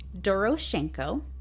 Doroshenko